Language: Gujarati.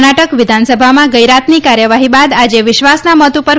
કર્ણાટક વિધાનસભામાં ગઇરાતની કાર્યવાહી બાદ આજે વિશ્વાસના મત ઉપર